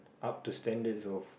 up to standards so